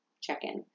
check-in